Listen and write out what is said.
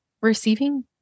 receiving